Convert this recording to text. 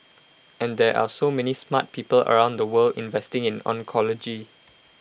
and there are so many smart people around the world investing in oncology